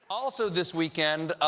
also this weekend,